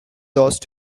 lost